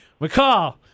McCall